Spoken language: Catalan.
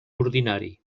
ordinari